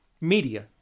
media